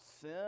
sin